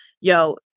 yo